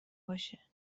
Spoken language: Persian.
باشه